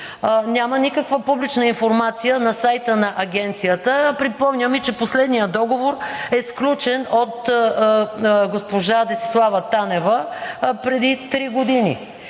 няма никаква публична информация на сайта на Агенцията. Припомням Ви, че последният договор е сключен от госпожа Десислава Танева преди три години